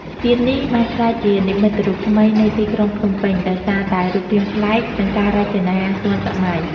ស្ពាននេះបានក្លាយជា និមិត្តរូបថ្មីនៃទីក្រុងភ្នំពេញ ដោយសារតែរូបរាងប្លែក និងការរចនាទាន់សម័យ។